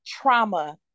trauma